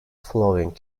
flowing